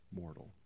mortal